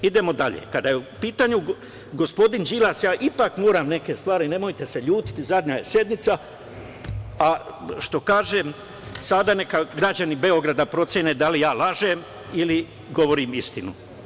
Idemo dalje, kada je u pitanju gospodin Đilas, ja ipak moram neke stvari, nemojte se ljutiti, zadnja je sednica, pa neka građani Beograda procene da li ja lažem ili govorim istinu.